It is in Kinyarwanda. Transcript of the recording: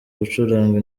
gucuranga